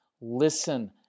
Listen